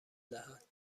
دهد